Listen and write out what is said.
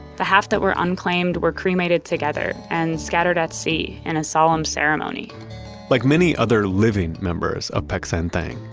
the half that were unclaimed were cremated together and scattered at sea in a solemn ceremony like many other living members of peck san theng,